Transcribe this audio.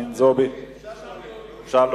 נגד, 25, אם כך,